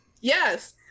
Yes